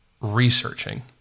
researching